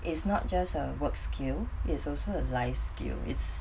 it's not just a works skill is also the life skill it's